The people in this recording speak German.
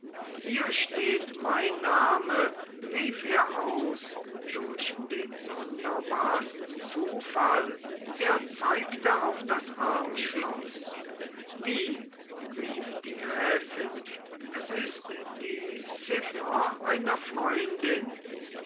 hier steht mein name rief er aus durch den sonderbarsten zufall er zeigte auf das armschloß wie rief die gräfin es ist die chiffer einer freundin